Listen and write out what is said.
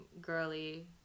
girly